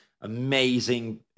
amazing